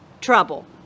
trouble